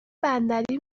بندری